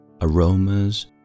aromas